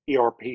ERP